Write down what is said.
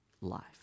life